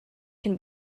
can